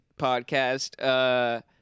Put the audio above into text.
podcast